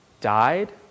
died